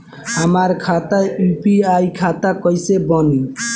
हमार खाता यू.पी.आई खाता कइसे बनी?